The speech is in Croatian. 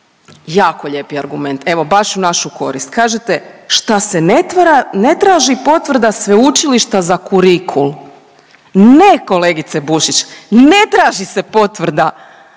jako lijepi argument, evo baš u našu korist. Kažete šta se ne traži potvrda sveučilišta za kurikul? Ne kolegice Bušić, ne traži se potvrda